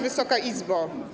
Wysoka Izbo!